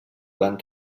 van